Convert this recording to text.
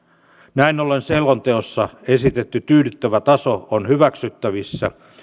näin ollen selonteossa esitetty tyydyttävä taso on hyväksyttävissä